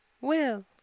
Will